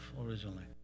originally